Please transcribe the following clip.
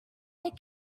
they